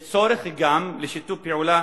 יש גם צורך בשיתוף פעולה